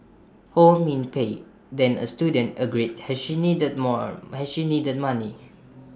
ho min Pei then A student agreed as she needed more as she needed money